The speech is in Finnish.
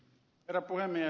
herra puhemies